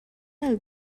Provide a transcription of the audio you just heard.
del